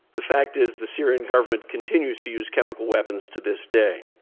the fact is the syrian government continues to use chemical weapons to this day.